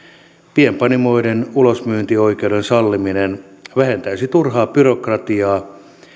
pienpanimoiden ulosmyyntioikeuden salliminen vähentäisi turhaa byrokratiaa